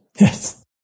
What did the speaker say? Yes